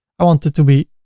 i want it to be.